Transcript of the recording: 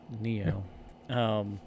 Neo